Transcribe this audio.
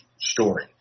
story